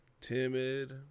timid